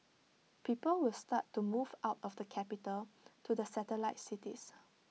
people will start to move out of the capital to the satellite cities